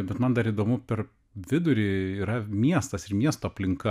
bet man dar įdomu per vidurį yra miestas ir miesto aplinka